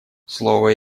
слово